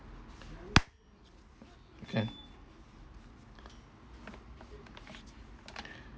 can